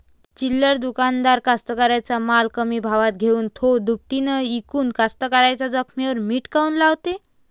चिल्लर दुकानदार कास्तकाराइच्या माल कमी भावात घेऊन थो दुपटीनं इकून कास्तकाराइच्या जखमेवर मीठ काऊन लावते?